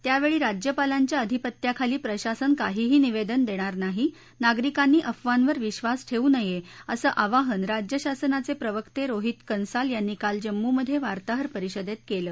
त्यावेळी राज्यपालांच्या अधिपत्याखाली प्रशासन काहीही निवेदन देणार नाही नागरिकांनी अफवांवर विब्वास ठेवू नये असं आवाहन राज्यशासनाचे प्रवक्ते रोहित कंसाल यांनी काल जम्मूमधे वार्ताहर परिषदेत केलं